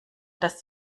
dass